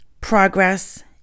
progress